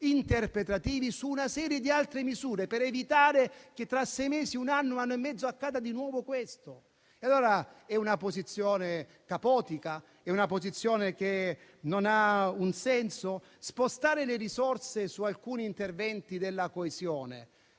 interpretativi su una serie di altre misure per evitare che tra sei mesi, un anno o un anno e mezzo accada di nuovo questo. È una posizione caotica? È una posizione che non ha senso? Spostare le risorse su alcuni interventi della coesione?